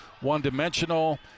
one-dimensional